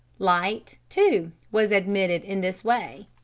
light, too, was admitted in this way.